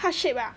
heart shape ah